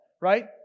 right